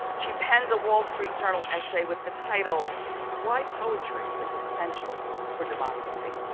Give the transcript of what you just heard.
she penned a wall street journal essay with the title why poetry is essential for democracy.